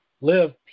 live